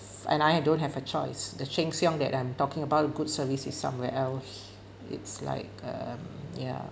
and I don't have a choice the sheng siong that I'm talking about the good service is somewhere else it's like um ya